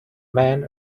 man